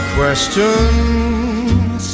questions